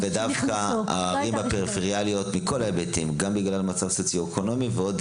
ודווקא הערים הפריפריאליות בגלל מצב סוציו-אקונומי ומכל ההיבטים